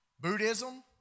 Buddhism